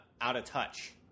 out-of-touch